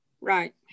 Right